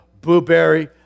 Blueberry